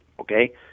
Okay